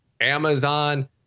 Amazon